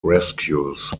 rescues